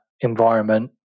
environment